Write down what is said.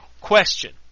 question